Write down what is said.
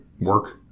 Work